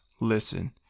listen